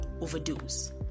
overdose